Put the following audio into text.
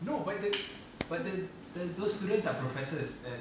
no but the but the those students are professors at